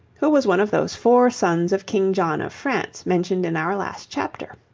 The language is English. who was one of those four sons of king john of france mentioned in our last chapter.